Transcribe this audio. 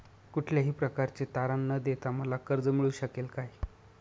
कुठल्याही प्रकारचे तारण न देता मला कर्ज मिळू शकेल काय?